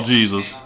Jesus